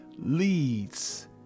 leads